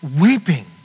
weeping